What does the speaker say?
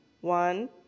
one